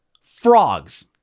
frogs